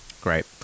Great